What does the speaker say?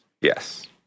yes